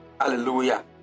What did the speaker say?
Hallelujah